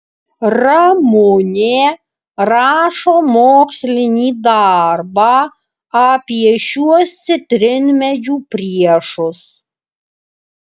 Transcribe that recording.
ramunė rašo mokslinį darbą apie šiuos citrinmedžių priešus